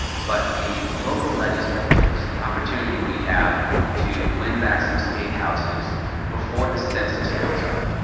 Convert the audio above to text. but the local legislatures, the opportunity we have to win back some state houses before the census comes up,